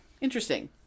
Interesting